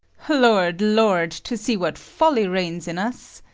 lord, lord! to see what folly reigns in us!